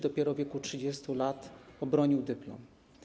Dopiero w wieku 30 lat obronił dyplom.